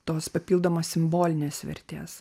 tos papildomos simbolinės vertės